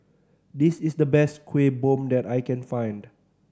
this is the best Kueh Bom that I can find